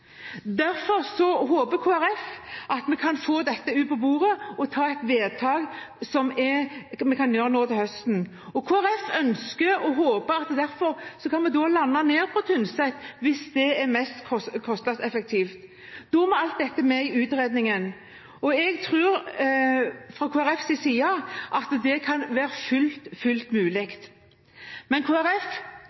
Derfor håper Kristelig Folkeparti at vi kan få dette på bordet og fatte et vedtak nå til høsten. Kristelig Folkeparti ønsker og håper at vi kan lande ned på Tynset hvis det er mest kostnadseffektivt. Da må alt dette med i utredningen. Fra Kristelig Folkepartis side tror vi at det kan være fullt mulig. Kristelig Folkeparti anbefaler komiteens forslag til vedtak I og II, som vi står bak, men